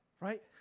right